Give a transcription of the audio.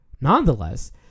Nonetheless